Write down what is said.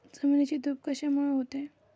जमिनीची धूप कशामुळे होते?